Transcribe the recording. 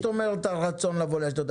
מה זאת אומרת, הרצון לבוא לאשדוד?